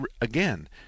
again